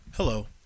Hello